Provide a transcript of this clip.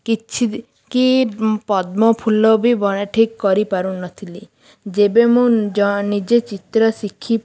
କିଛିବି କି ପଦ୍ମଫୁଲ ବି ବ ଠିକ୍ କରିପାରୁ ନଥିଲି ଯେବେ ମୁଁ ଯ ନିଜେ ଚିତ୍ର ଶିଖି